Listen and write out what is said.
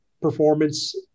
performance